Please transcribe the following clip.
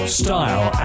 style